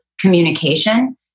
communication